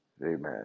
amen